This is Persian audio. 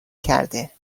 کرده